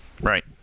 right